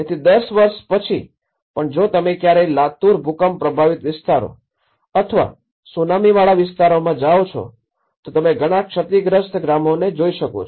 તેથી ૧૦ વર્ષ પછી પણ જો તમે ક્યારેય લાતુર ભૂકંપ પ્રભાવિત વિસ્તારો અથવા સુનામીવાળા વિસ્તારોમાં જાઓ છો તો તમે ઘણા ક્ષતિગ્રસ્ત ગામોને આ રીતે જોઈ શકો છો